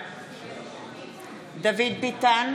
הכנסת, בבקשה.